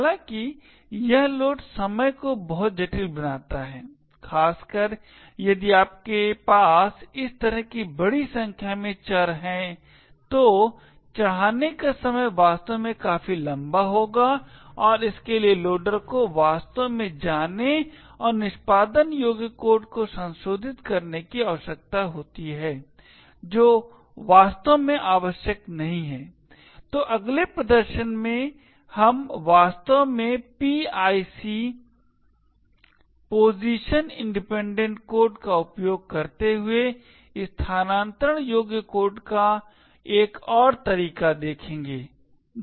हालाँकि यह लोड समय को बहुत जटिल बनाता है खासकर यदि आपके पास इस तरह के बड़ी संख्या में चर हैं तो चढाने का समय वास्तव में काफी लंबा होगा और इसके लिए लोडर को वास्तव में जाने और निष्पादन योग्य कोड को संशोधित करने की आवश्यकता होती है जो वास्तव में आवश्यक नहीं है तो अगले प्रदर्शन में हम वास्तव में PIC पोजीशन इंडिपेंडेंट कोड का उपयोग करते हुए स्थानान्तरण योग्य कोड का एक और तरीका देखेंगे